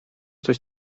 coś